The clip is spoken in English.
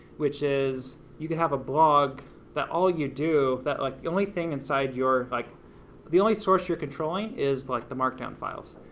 which is, you can have a blog that all you do, that like the only thing inside your, like the only source you're controlling is like the markdown files,